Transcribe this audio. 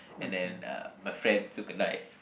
and then uh my friend took a knife